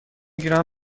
گیرم